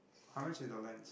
how much is your lens